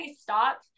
stop